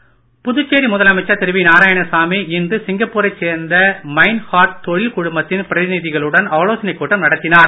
நாராயணசாமி புதுச்சேரி முதலமைச்சர் திரு நாராயணசாமி இன்று சிங்கப்பூரைச் சேர்ந்த மைன்ஹார்ட் தொழில் குழுமத்தின் பிரதிநிதிகளுடன் ஆலோசனைக் கூட்டம் நடத்தினார்